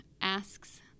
asks